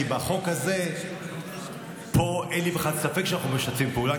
כי בחוק הזה פה אין לי בכלל ספק שאנחנו משתפים פעולה,